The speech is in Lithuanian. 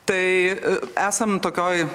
tai esam tokioj